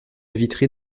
vitrée